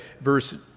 verse